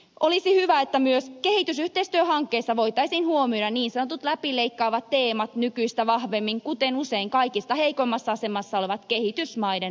olisi hyvä että myös kehitysyhteistyöhankkeissa voitaisiin huomioida niin sanotut läpileikkaavat teemat nykyistä vahvemmin kuten usein kaikista heikoimmassa asemassa olevat kehitysmaiden vammaiset